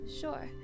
Sure